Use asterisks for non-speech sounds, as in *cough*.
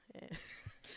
yeah *laughs*